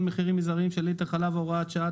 מחירים מזעריים של ליטר חלב) (הוראת שעה),